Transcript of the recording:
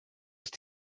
ist